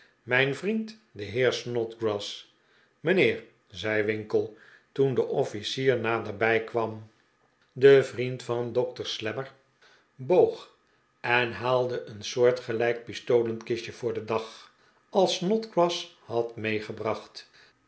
mijn vriend de heer snodgrass mijnheer zei winkle toen de officier naderbij kwam de vriend van dokter slammer boog en haalde een soortgelijk pistolenkistje voor den dag als snodgrass had meegebracht